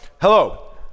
hello